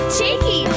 Cheeky